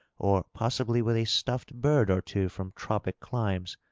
or possibly with a stuffed bird or two from tropic climes,